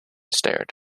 stared